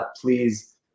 please